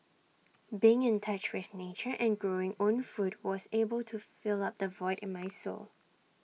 being in touch with nature and growing own food was able to fill up the void in my soul